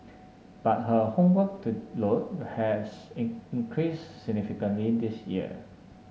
but her homework to load has in increased significantly this year